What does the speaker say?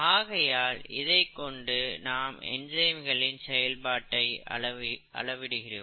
ஆகையால் இதைக் கொண்டு நாம் என்சைம்களின் செயல்பாட்டை அளவிடுகிறோம்